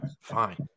Fine